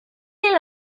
est